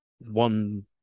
one